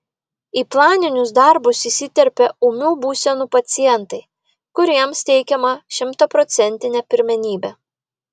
į planinius darbus įsiterpia ūmių būsenų pacientai kuriems teikiama šimtaprocentinė pirmenybė